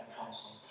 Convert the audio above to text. Council